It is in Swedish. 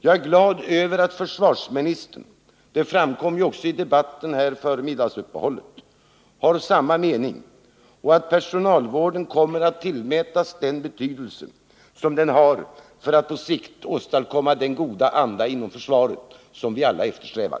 Jag är glad över att försvarsministern — det framkom också här i debatten före middagsuppehållet — har samma mening och att personalvården kommer att tillmätas den betydelse som den har för att på sikt åstadkomma den goda anda inom försvaret som vi alla eftersträvar.